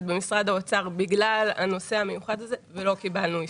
במשרד האוצר בגלל הנושא המיוחד הזה ולא קיבלנו אישור.